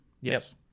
Yes